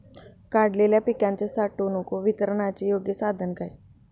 काढलेल्या पिकाच्या साठवणूक व वितरणाचे योग्य साधन काय?